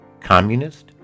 Communist